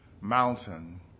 mountain